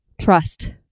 trust